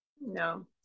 No